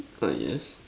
uh yes